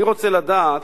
אני רוצה לדעת,